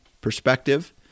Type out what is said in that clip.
perspective